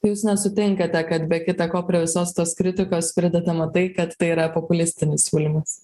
jūs nesutinkate kad be kita ko prie visos tos kritikos pridedama tai kad tai yra populistinis siūlymas